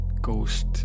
ghost